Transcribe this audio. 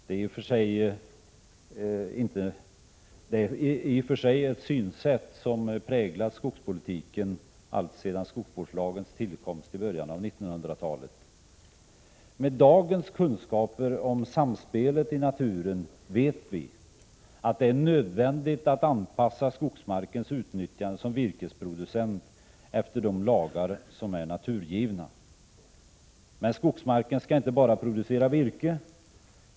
Det är i och för sig ett synsätt som präglat skogspolitiken alltsedan skogsvårdslagens tillkomst i början av 1900-talet. Med dagens kunskaper om samspelet i naturen vet vi att det är nödvändigt att anpassa skogsmarkens utnyttjande som virkesproducent efter de lagar som är naturgivna. Men skogsmarken skall inte bara producera virke.